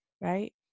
right